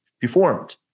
performed